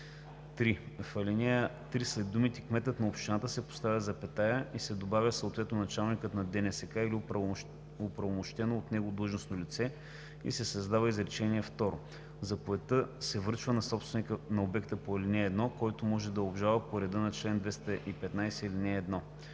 3. В ал. 3 след думите „кметът на общината“ се поставя запетая и се добавя „съответно началникът на ДНСК или оправомощено от него длъжностно лице“ и се създава изречение второ: „Заповедта се връчва на собственика на обекта по ал. 1, който може да я обжалва по реда на чл. 215, ал. 1.“